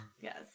yes